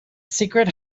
secret